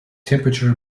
temperature